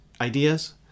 ideas